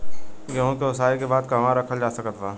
गेहूँ के ओसाई के बाद कहवा रखल जा सकत बा?